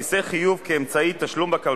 יציג את הצעת החוק יושב-ראש ועדת הכלכלה,